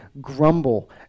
grumble